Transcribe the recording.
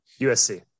USC